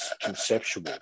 conceptual